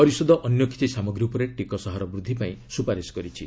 ପରିଷଦ ଅନ୍ୟ କିଛି ସାମଗ୍ରୀ ଉପରେ ଯିକସ ହାର ବୃଦ୍ଧି ପାଇଁ ସ୍ରପାରିସ କରିଛି